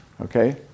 Okay